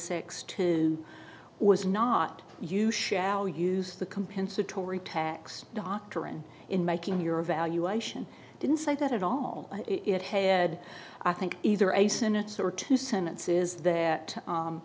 six to was not you shall use the compensatory tax doctrine in making your evaluation didn't say that at all it had i think either a senate's or two sentences that